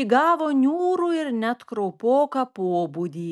įgavo niūrų ir net kraupoką pobūdį